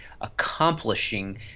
accomplishing